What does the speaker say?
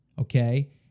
Okay